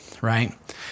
right